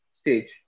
stage